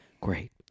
Great